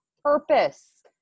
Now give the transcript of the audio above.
purpose